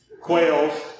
quails